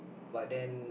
but then